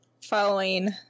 following